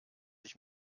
ich